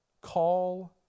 Call